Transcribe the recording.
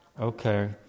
Okay